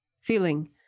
feeling